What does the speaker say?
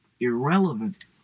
irrelevant